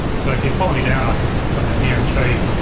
so if you follow me down i can come down here and show you.